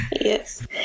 Yes